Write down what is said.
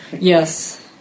Yes